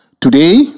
Today